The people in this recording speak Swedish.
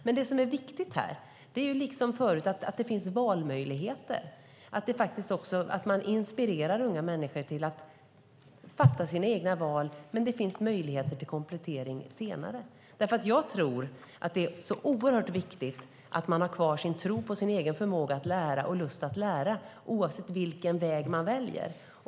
Men det som är viktigt är att det liksom förut finns valmöjligheter, att man inspirerar unga människor till att göra sina egna val men att det finns möjligheter till komplettering senare. Jag tror nämligen att det är oerhört viktigt att man har kvar sin tro på sin egen förmåga och lust att lära, oavsett vilken väg man väljer.